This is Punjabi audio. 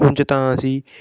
ਉਂਝ ਤਾਂ ਅਸੀਂ